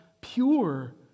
pure